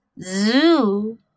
zoo